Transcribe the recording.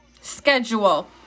Schedule